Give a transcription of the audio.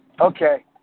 Okay